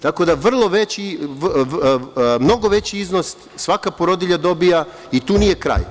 Tako da mnogo veći iznos svaka porodilja dobija, i tu nije kraj.